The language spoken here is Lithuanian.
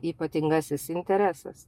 ypatingasis interesas